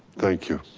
thank you.